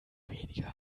weniger